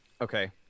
Okay